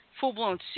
full-blown